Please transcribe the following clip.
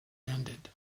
ended